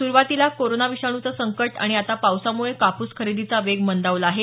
सुरूवातीला कोरोना विषाणूचं संकट आणि आता पावसामुळे कापूस खरेदीचा वेग मंदावला आहे